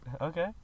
Okay